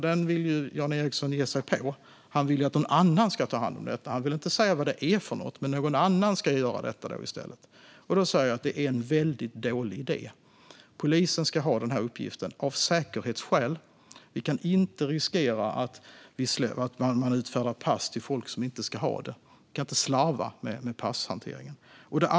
Den vill ju Jan Ericson ge sig på. Han vill att någon annan ska ta hand om detta. Han vill inte säga vad det är för något. Men någon annan ska göra detta i stället. Då säger jag: Det är en väldigt dålig idé. Polisen ska ha denna uppgift av säkerhetsskäl. Vi kan inte riskera att man utfärdar pass till folk som inte ska ha det. Vi kan inte slarva med passhanteringen.